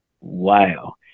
wow